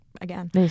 again